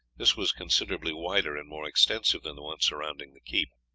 this was considerably wider and more extensive than the one surrounding the keep.